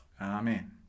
Amen